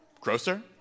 Grocer